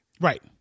Right